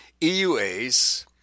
EUAs